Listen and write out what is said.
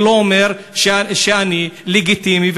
זה לא אומר שאני לא לגיטימי,